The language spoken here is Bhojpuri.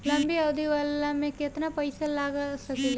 लंबी अवधि वाला में केतना पइसा लगा सकिले?